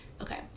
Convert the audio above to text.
okay